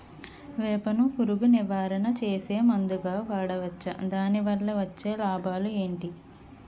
వేప ను పురుగు నివారణ చేసే మందుగా వాడవచ్చా? దాని వల్ల వచ్చే లాభాలు ఏంటి?